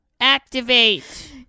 activate